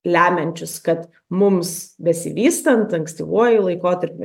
lemiančius kad mums besivystant ankstyvuoju laikotarpiu